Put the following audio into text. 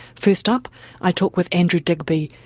first up i talk with andrew digby,